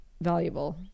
valuable